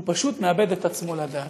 הוא פשוט מאבד את עצמו לדעת.